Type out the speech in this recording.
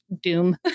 Doom